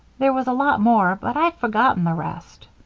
there was a lot more, but i've forgotten the rest.